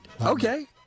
Okay